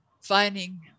finding